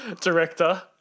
director